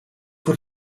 put